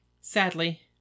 Sadly